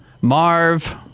Marv